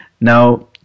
Now